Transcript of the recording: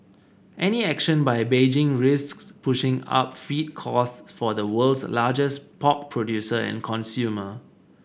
any action by Beijing risks pushing up feed costs for the world's largest pork producer and consumer